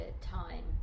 time